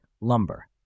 lumber